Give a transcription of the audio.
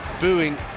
booing